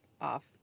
off